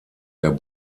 der